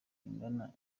ingano